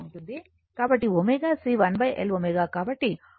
కాబట్టి ω C 1 L ω